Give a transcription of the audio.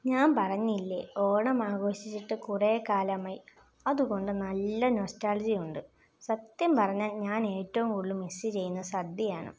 ഞാൻ പറഞ്ഞില്ലേ ഓണം ആഘോഷിച്ചിട്ട് കുറേ കാലമായി അതുകൊണ്ട് നല്ല നൊസ്റ്റാൾജിയ ഉണ്ട് സത്യം പറഞ്ഞാൽ ഞാൻ ഏറ്റവും കൂടുതൽ മിസ് ചെയ്യുന്നത് സദ്യയാണ്